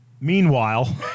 Meanwhile